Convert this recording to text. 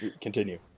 continue